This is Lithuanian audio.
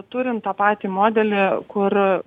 turint tą patį modelį kur